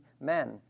men